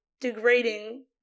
degrading